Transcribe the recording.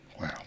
Wow